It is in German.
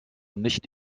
nicht